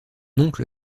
oncle